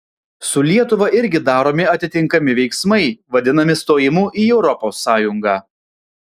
su lietuva irgi daromi atitinkami veiksmai vadinami stojimu į europos sąjungą